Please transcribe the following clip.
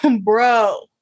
Bro